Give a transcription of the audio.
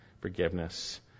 Forgiveness